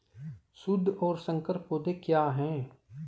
शुद्ध और संकर पौधे क्या हैं?